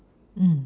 mm